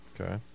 Okay